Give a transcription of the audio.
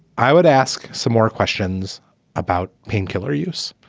i would ask some more questions about painkiller use.